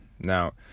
Now